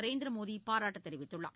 நரேந்திர மோடி பாராட்டு தெரிவித்துள்ளார்